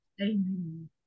Amen